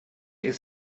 his